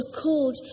called